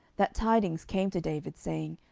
that tidings came to david, saying,